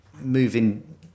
moving